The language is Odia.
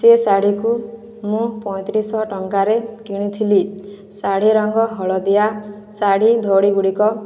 ସେ ଶାଢ଼ୀକୁ ମୁଁ ପଇଁତିରିଶହ ଟଙ୍କାରେ କିଣିଥିଲି ଶାଢ଼ୀ ରଙ୍ଗ ହଳଦିଆ ଶାଢ଼ୀ ଧଡ଼ି ଗୁଡ଼ିକ